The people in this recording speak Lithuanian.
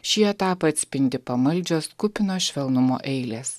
šį etapą atspindi pamaldžios kupinos švelnumo eilės